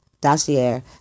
Dossier